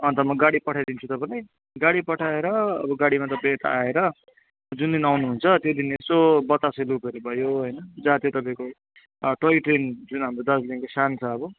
अन्त म गाडी पठाइदिन्छु तपाईँलाई गाडी पठाएर अब गाडीमा तपाईँ यता आएर जुन दिन आउनु हुन्छ त्यही दिन यसो बतासे लुपहरू भयो होइन जहाँ चाहिँ तपाईँको टोय ट्रेन जुन हाम्रो दार्जिलिङको सान छ अब